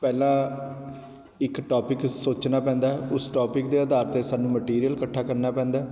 ਪਹਿਲਾਂ ਇੱਕ ਟੌਪਿਕ ਸੋਚਣਾ ਪੈਂਦਾ ਉਸ ਟੌਪਿਕ ਦੇ ਆਧਾਰ 'ਤੇ ਸਾਨੂੰ ਮਟੀਰੀਅਲ ਇਕੱਠਾ ਕਰਨਾ ਪੈਂਦਾ